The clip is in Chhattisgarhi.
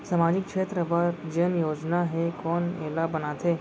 सामाजिक क्षेत्र बर जेन योजना हे कोन एला बनाथे?